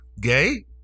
gay